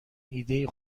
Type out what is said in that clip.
ایده